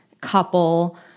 couple